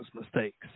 mistakes